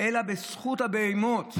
אלא בזכות הבהמות.